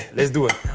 let's do it.